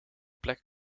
plek